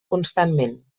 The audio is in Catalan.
constantment